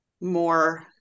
more